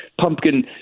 pumpkin